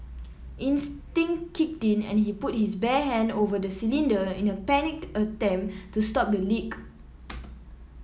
instinct kicked in and he put his bare hand over the cylinder in a panicked attempt to stop the leak